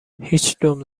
هیچدوم